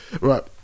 right